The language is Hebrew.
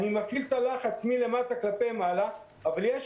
אני מפעיל לחץ מלמטה כלפי מעלה,